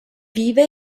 vive